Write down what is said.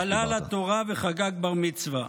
ובגיל 13 עלה לתורה וחגג בר-מצווה.